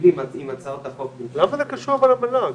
איך זה קשור למל"ג?